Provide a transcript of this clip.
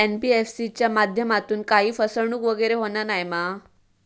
NBFC च्या माध्यमातून काही फसवणूक वगैरे होना नाय मा?